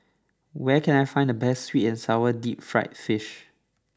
where can I find the best Sweet and Sour Deep Fried Fish